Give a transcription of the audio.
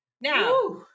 Now